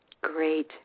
great